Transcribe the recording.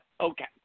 Okay